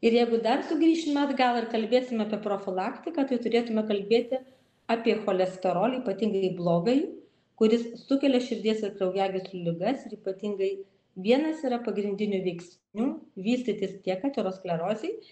ir jeigu dar sugrįšime atgal ir kalbėsim apie profilaktiką tai turėtume kalbėti apie cholesterolį ypatingai blogąjį kuris sukelia širdies ir kraujagyslių ligas ir ypatingai vienas yra pagrindinių veiksnių vystytis tiek aterosklerozei